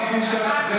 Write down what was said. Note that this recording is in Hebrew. ההתעקשות הזו,